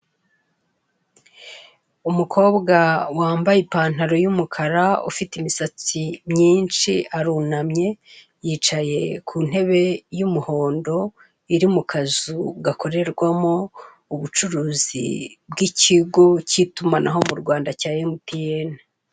Umukobwa wambaye ipantalo y'umukara ufite imisatsi myishi arunamye yicaye ku ntebe y'umuhondo iri mu kazu gakorerwamo ubucuruzi bw'ikigo k'itumanaho mu Rwanda cya MTN.